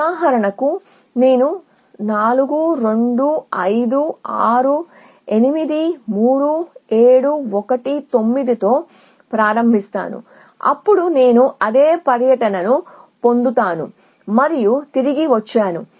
ఉదాహరణకు నేను 4 2 5 6 8 3 7 1 9 తో ప్రారంభిస్తాను అప్పుడు నేను అదే పర్యటనను పొందుతాను మరియు తిరిగి వచ్చాను